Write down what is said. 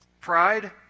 pride